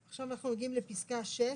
עכשיו אנחנו מגיעים לפסקה (6).